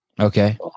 Okay